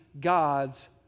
God's